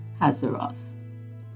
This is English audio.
Hazaroth